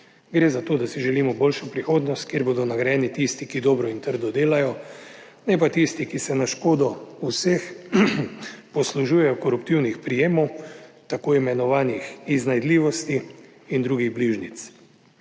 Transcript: gre za to, da si želimo boljšo prihodnost, kjer bodo nagrajeni tisti, ki dobro in trdo delajo, ne pa tisti, ki se na škodo vseh poslužujejo koruptivnih prijemov, t. i. iznajdljivosti in drugih bližnjic.